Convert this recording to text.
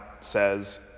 says